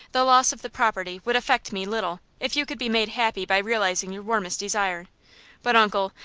the loss of the property would affect me little, if you could be made happy by realizing your warmest desire but, uncle,